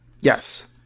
Yes